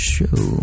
Show